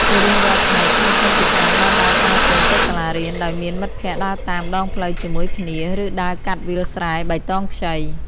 ជារៀងរាល់ថ្ងៃ ក្មេងៗជាច្រើនបានដើរថ្មើរជើងទៅសាលារៀន ដោយមានមិត្តភក្តិដើរតាមដងផ្លូវជាមួយគ្នា ឬដើរកាត់វាលស្រែបៃតងខ្ចី។